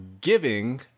giving